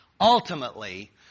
Ultimately